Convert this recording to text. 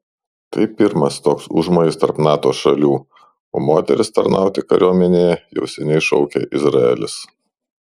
tai pirmas toks užmojis tarp nato šalių o moteris tarnauti kariuomenėje jau seniai šaukia izraelis